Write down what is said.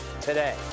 today